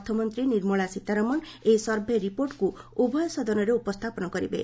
ଅର୍ଥମନ୍ତ୍ରୀ ନିର୍ମଳା ସୀତରମଣ ଏହି ସର୍ଭେ ରିପୋର୍ଟର ଉଭୟ ସଦନରେ ଉପସ୍ଥାପନ କରିବେ